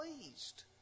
pleased